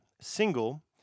single